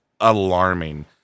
alarming